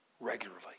regularly